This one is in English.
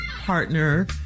partner